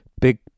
big